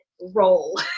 roll